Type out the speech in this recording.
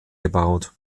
gebaut